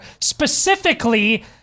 specifically